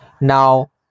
Now